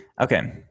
okay